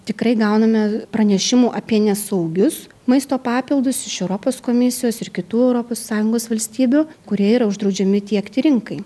tikrai gauname pranešimų apie nesaugius maisto papildus iš europos komisijos ir kitų europos sąjungos valstybių kurie yra uždraudžiami tiekti rinkai